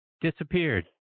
disappeared